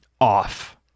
off